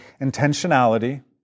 intentionality